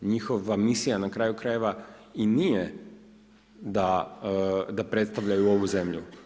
Njihova misija, na kraju krajeva, i nije da predstavljaju ovu zemlju.